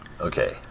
okay